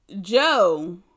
Joe